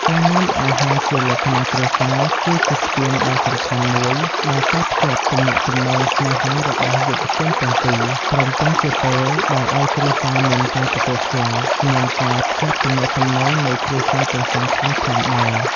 ការញ៉ាំអាហារជាលក្ខណៈគ្រួសារគឺជាស្ពានដ៏សំខាន់មួយដែលតភ្ជាប់ទំនាក់ទំនងស្នេហារបស់យុវជនទាំងពីរ ព្រមទាំងជាពេលដែលឲ្យគ្រួសារមានការទទួលស្គាល់ និងការភ្ជាប់ទំនាកទំនងនៃគ្រួសារទាំងសងខាងផងដែរ។